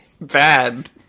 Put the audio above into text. Bad